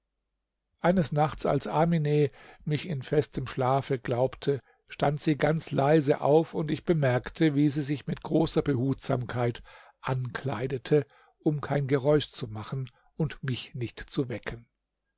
eines nachts als amine mich in festem schlafe glaubte stand sie ganz leise auf und ich bemerkte wie sie sich mit großer behutsamkeit ankleidete um kein geräusch zu machen und mich nicht zu wecken